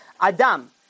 Adam